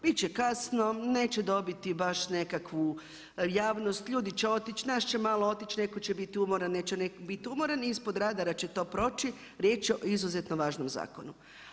Biti će kasno, neće dobiti baš nekakvu javnost, ljudi će otići, nas će malo otići, netko će biti umoran, netko neće biti umoran i ispod radara će to proći, riječ je o izuzetno važnom zakonu.